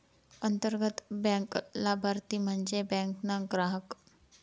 अंतर्गत बँक लाभारती म्हन्जे बँक ना ग्राहक